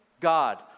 God